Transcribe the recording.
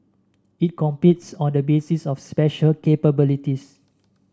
it competes on the basis of special capabilities